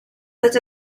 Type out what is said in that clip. such